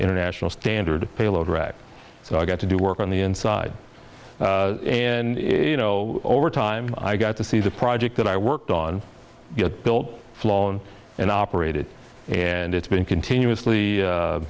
international standard payload rack so i got to do work on the inside in you know over time i got to see the project that i worked on got built flown and operated and it's been continuously